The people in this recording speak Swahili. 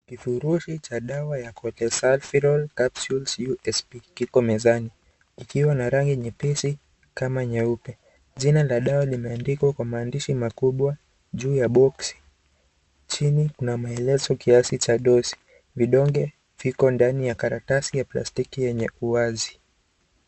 Kifurushi cha dawa ya Chlecalciferol Capsules USP kiko mezani kikiwa na rangi nyepesi kama nyeupe. Jina la dawa limeandikwa kwa maandishi makubwa juu ya boksi. Chini kuna maelezo kiasi cha dosi. Vidonge viko ndani ya karatasi ya plastiki yenye uwazi.